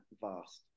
vast